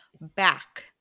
back